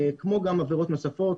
כמו גם עבירות נוספות,